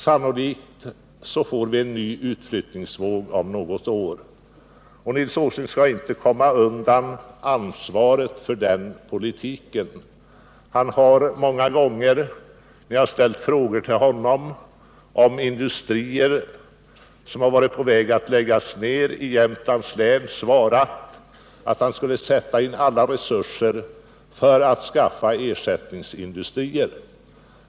Kanske får vi en ny utflyttningsvåg om något år. Nils Åsling skall inte komma undan ansvaret för den politiken. Han har många gånger, när jag ställt frågor till honom om industrier som varit på väg att läggas ned i Jämtlands län, svarat att han skulle sätta in alla resurser för att skaffa ersättningsindustrier.